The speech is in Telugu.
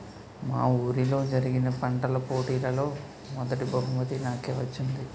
మా వూరిలో జరిగిన పంటల పోటీలలో మొదటీ బహుమతి నాకే వచ్చింది